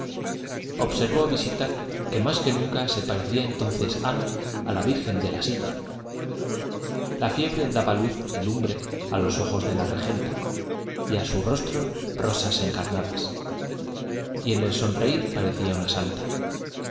observó visita que más que nunca se parecía entonces ana a la virgen de la silla la fiebre daba luz y lumbre a los ojos de la regenta y a su rostro rosas encarnadas y en el sonreír parecía una santa